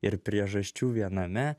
ir priežasčių viename